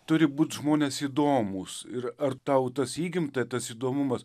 turi būti žmonės įdomūs ir ar tau tas įgimta tas įdomumas